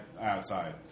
outside